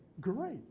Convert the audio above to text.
great